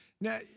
Now